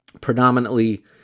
predominantly